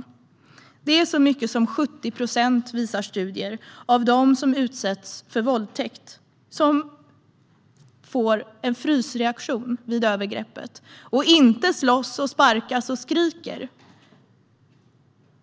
Studier visar att det är så mycket som 70 procent av dem som utsätts för våldtäkt som får en frysreaktion vid övergreppet och inte slåss, sparkas och skriker.